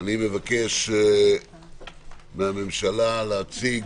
אני מבקש מהממשלה להציג.